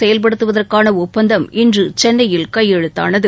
செயல்படுவதற்கான ஒப்பந்தம் இன்று சென்னையில் கையெழுத்தானது